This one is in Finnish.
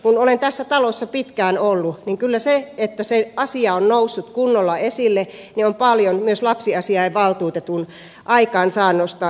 kun olen tässä talossa pitkään ollut niin kyllä se että se asia on noussut kunnolla esille on paljon myös lapsiasiavaltuutetun aikaansaannosta